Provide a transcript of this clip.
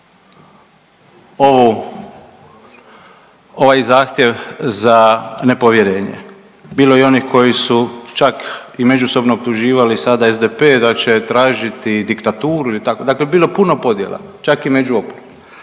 ovu, ovaj zahtjev za nepovjerenje. Bilo je i onih koji su čak i međusobno optuživali sada SDP da će tražiti diktaturu, dakle bilo je puno podjela čak i među